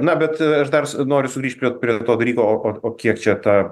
na bet aš dar noriu sugrįžt prie prie to dalyko o o o kiek čia ta